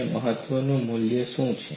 અને મહત્તમ મૂલ્ય શું છે